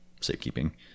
safekeeping